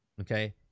okay